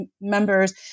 members